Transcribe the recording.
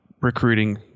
recruiting